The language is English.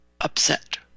upset